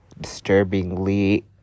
disturbingly